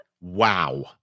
Wow